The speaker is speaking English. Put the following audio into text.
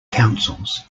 councils